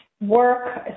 work